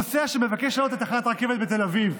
נוסע שמבקש להגיע לתחנת רכבת בתל אביב,